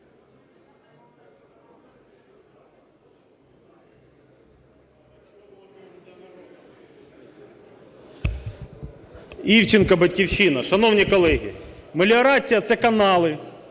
Івченко, "Батьківщина". Шановні колеги, меліорація – це канали,